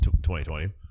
2020